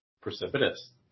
Precipitous